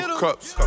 cups